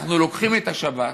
אנחנו לוקחים את השבת,